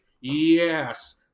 yes